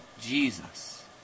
Jesus